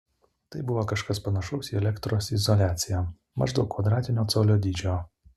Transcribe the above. tai buvo kažkas panašaus į elektros izoliaciją maždaug kvadratinio colio dydžio